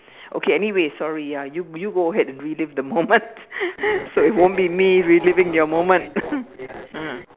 okay anyway sorry ah you you go ahead and relive the moment so it won't be me reliving your moment mm